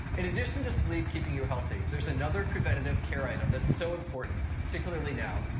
in addition to sleep keeping you healthy, there's another preventative-care item that's so important, particularly now